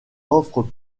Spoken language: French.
offre